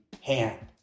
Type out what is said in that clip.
hand